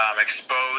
exposed